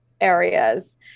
areas